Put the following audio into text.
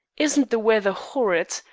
isn't the weather horrid?